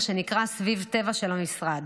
מה שנקרא "סביב טבע" של המשרד.